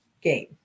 game